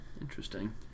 Interesting